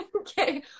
Okay